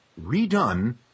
redone